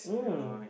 mm